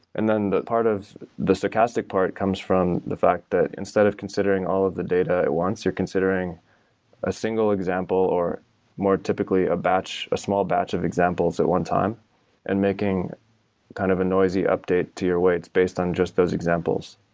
and then the part of the stochastic part comes from the fact that instead of considering all of the data it wants, you're considering a single example or more typically a batch, a small batch of examples at one time and making kind of a noisy update to your weights based on just those examples.